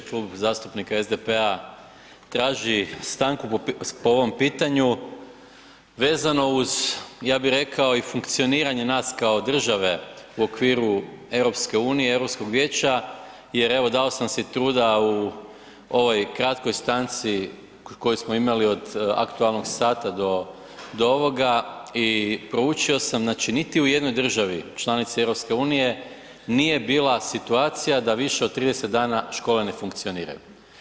Klub zastupnika SDP-a traži stanku po ovom pitanju vezano uz ja bi rekao i funkcioniranje nas kao države u okviru EU, Europskog vijeća jer evo dao sam si truda u ovoj kratkoj stanci koju smo imali od aktualnog sata do ovoga i proučio sam, znači niti u jednoj državi članici EU nije bila situacija da više od 30 dana škole ne funkcioniraju.